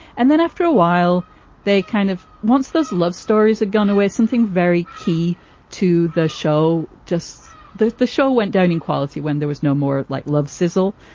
and then after a while they kind of once those love stories are gone away something very key to the show just the the show went down in quality when there was no more like love sizzle.